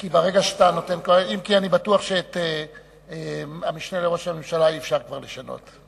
אם כי אני בטוח שאת המשנה לראש הממשלה אי-אפשר כבר לשנות,